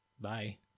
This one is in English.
Bye